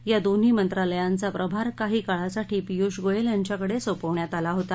या दोन्ही मंत्रालयांचा प्रभार काही काळासाठी पियुष गोयल यांच्याकडे सोपवण्यात आला होता